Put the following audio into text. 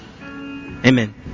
Amen